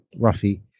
Ruffy